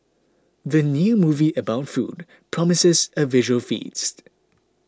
the new movie about food promises a visual feast